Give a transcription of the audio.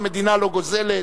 המדינה לא גוזלת.